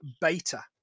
beta